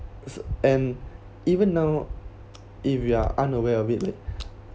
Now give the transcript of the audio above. and even now if you are unaware of it like